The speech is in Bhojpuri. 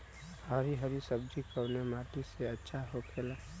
हरी हरी सब्जी कवने माटी में अच्छा होखेला?